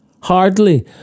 Hardly